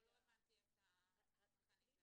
לא הבנתי את המכאניזם.